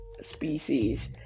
species